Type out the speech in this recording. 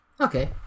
Okay